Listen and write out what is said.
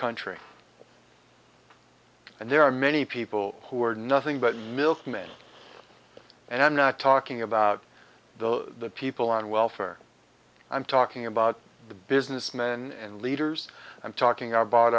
country and there are many people who are nothing but milkman and i'm not talking about the people on welfare i'm talking about the businessmen and leaders i'm talking about